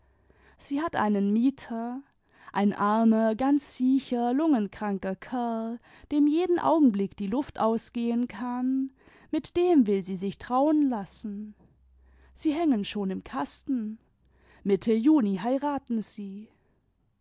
sie hat einen mieter ein armer ganz siecher limgenkranker kerl dem jeden augenblick die luft ausgehen kann mit dem will sie sich trauen lassen sie hängen schon im kasten mitte juni heiraten sie